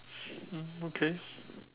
mm okay